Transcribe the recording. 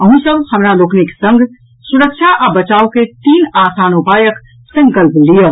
अहूँ सब हमरा लोकनिक संग सुरक्षा आ बचावक तीन आसान उपायक संकल्प लियऽ